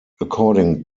according